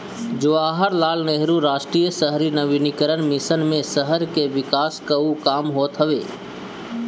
जवाहरलाल नेहरू राष्ट्रीय शहरी नवीनीकरण मिशन मे शहर के विकास कअ काम होत हवे